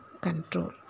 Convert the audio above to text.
control